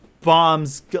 bombs